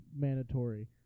mandatory